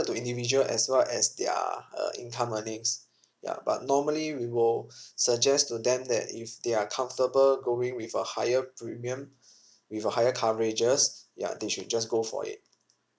to individual as well as their uh income earnings ya but normally we will suggest to them that if they are comfortable going with a higher premium with a higher coverages ya they should just go for it